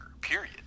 period